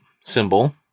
symbol